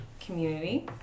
community